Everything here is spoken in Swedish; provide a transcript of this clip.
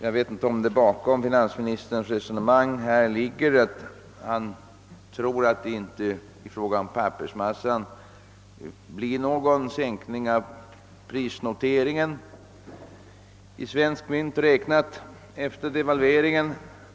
Jag vet inte, om finansministerns resonemang innebär att han tror att det i fråga om pappersmassa inte skall bli någon sänkning av prisnoteringen, i svenskt mynt räknat, efter devalveringen.